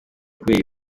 kubera